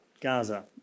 Gaza